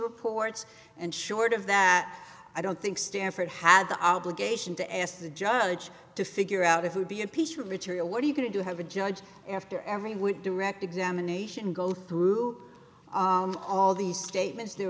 reports and short of that i don't think stanford had the obligation to ask the judge to figure out if would be a piece rich or what are you going to have a judge after every would direct examination go through all these statements